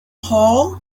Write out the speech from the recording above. hall